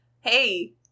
hey